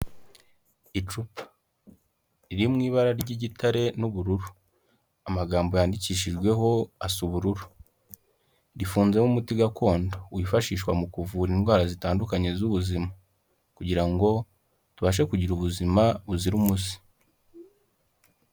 Icupa, riri mu ibara ry'igitare n'ubururu, amagambo yandikishijweho asa ubururu, rifunzemo umuti gakondo wifashishwa mu kuvura indwara zitandukanye z'ubuzima kugira ngo tubashe kugira ubuzima buzira umuze.